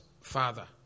father